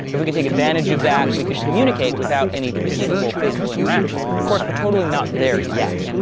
if we can take advantage of that, we could communicate without any perceivable physical interaction! of course, we're totally not there yet.